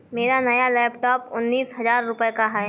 मेरा नया लैपटॉप उन्नीस हजार रूपए का है